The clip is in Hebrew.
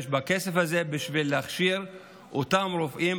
בכסף הזה בשביל להכשיר את אותם רופאים,